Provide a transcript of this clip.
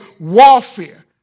warfare